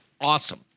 awesome